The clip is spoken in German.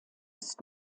ist